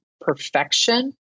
Perfection